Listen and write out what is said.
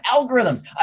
algorithms